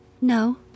No